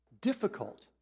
difficult